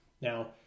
Now